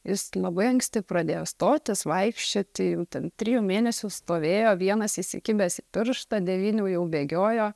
jis labai anksti pradėjo stotis vaikščioti jau ten trijų mėnesių stovėjo vienas įsikibęs į pirštą devynių jau bėgiojo